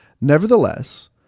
Nevertheless